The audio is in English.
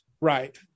right